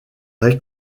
est